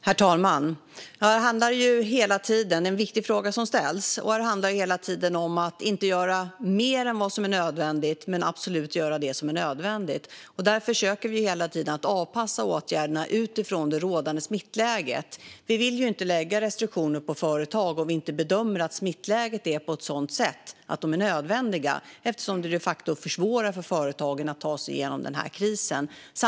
Herr talman! Det är en viktig fråga som ställs. Det handlar hela tiden om att inte göra mer än vad som är nödvändigt men att absolut göra det som är nödvändigt. Vi försöker hela tiden att avpassa åtgärderna utifrån det rådande smittläget. Vi vill inte lägga restriktioner på företag om vi inte bedömer att smittläget är sådant att de är nödvändiga, eftersom detta de facto försvårar för företagen att ta sig genom krisen.